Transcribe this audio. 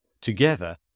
together